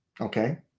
Okay